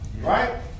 right